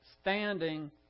standing